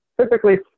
typically